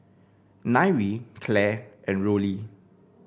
Nyree Clair and Rollie